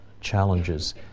challenges